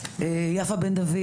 יפה בן דוד,